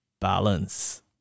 balance